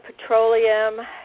petroleum